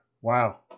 Wow